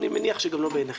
אני מניח שגם לא בעיניכם.